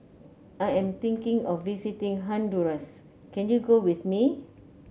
I am thinking of visiting Honduras can you go with me